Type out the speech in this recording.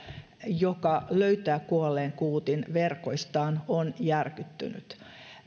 joka löytää kuolleen kuutin verkoistaan on järkyttynyt